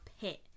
pit